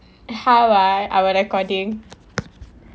how ah our recording